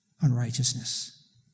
unrighteousness